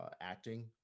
acting